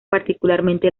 particularmente